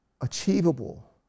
achievable